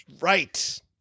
Right